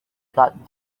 got